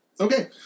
Okay